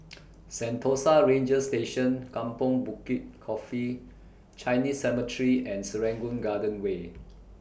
Sentosa Ranger Station Kampong Bukit Coffee Chinese Cemetery and Serangoon Garden Way